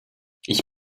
ich